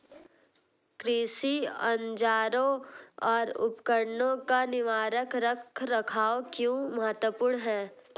कृषि औजारों और उपकरणों का निवारक रख रखाव क्यों महत्वपूर्ण है?